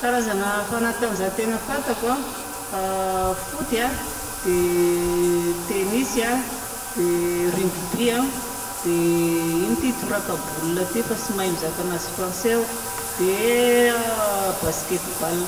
Karazana fanatanjahan-tena fantako a foot a, dia tennis a, dia rugby a, dia inona ty toraka baolina ity fa tsy mahay mizaka anazy français aho, dia basket ball.